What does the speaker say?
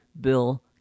Bill